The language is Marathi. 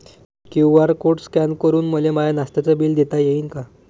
क्यू.आर कोड स्कॅन करून मले माय नास्त्याच बिल देता येईन का?